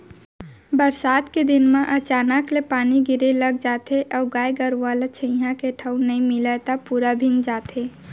बरसात के दिन म अचानक ले पानी गिरे लग जाथे अउ गाय गरूआ ल छंइहाए के ठउर नइ मिलय त पूरा भींग जाथे